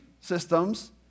systems